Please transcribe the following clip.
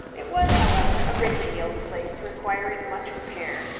it was, however, a rickety old place, requiring much repair,